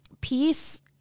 peace